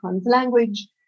language